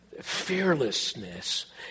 fearlessness